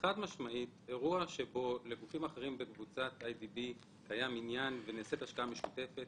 באירוע שבו לגופים אחרים בקבוצת אי די בי יש עניין ונעשית השקעה משותפת,